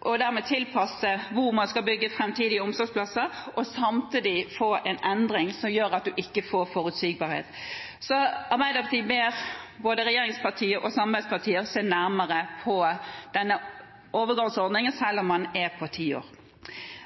og dermed tilpasse hvor man skal bygge framtidige omsorgsplasser, og samtidig få en endring som gjør at en ikke får forutsigbarhet. Så Arbeiderpartiet ber både regjeringspartier og samarbeidspartier se nærmere på denne overgangsordningen, selv om den er på ti år.